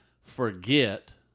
forget